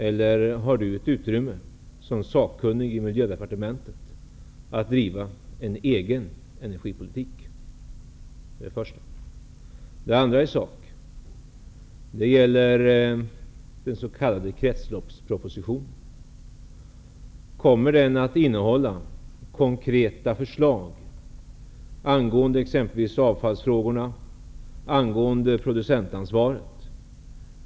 Eller har Lennart Daléus som sakkunnig i miljödepartementet utrymme att driva en egen energipolitik? Kommer den s.k. kretsloppspropositionen att innehålla konkreta förslag angående exempelvis avfallsfrågorna och producentansvaret?